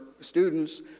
students